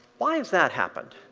why has that happened?